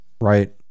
right